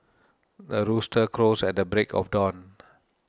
the rooster crows at the break of dawn